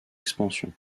expansion